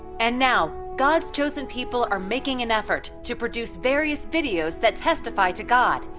and now, god's chosen people are making an effort to produce various videos that testify to god,